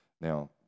Now